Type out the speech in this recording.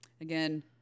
again